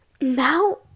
now